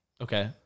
Okay